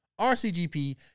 rcgp